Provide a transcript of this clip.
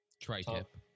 tri-tip